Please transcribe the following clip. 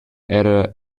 era